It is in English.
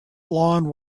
blond